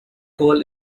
coal